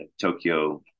Tokyo